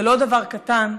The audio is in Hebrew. זה לא דבר קטן.